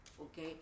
okay